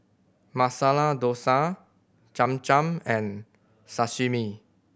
Masala Dosa Cham Cham and Sashimi